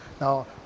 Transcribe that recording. Now